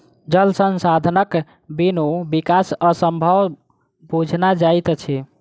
जल संसाधनक बिनु विकास असंभव बुझना जाइत अछि